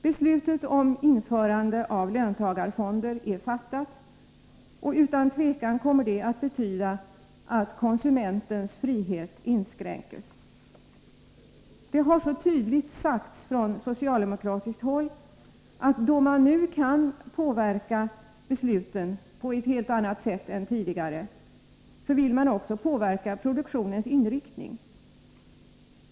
Beslutet om införande av löntagarfonder är fattat, och utan tvivel kommer det att betyda att konsumentens frihet inskränks. Det har tydligt sagts från socialdemokratiskt håll att då man nu kan påverka besluten på ett helt annat sätt än tidigare vill man också påverka produktionens inriktning.